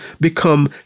become